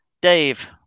Dave